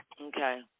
Okay